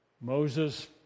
Moses